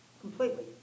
completely